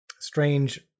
Strange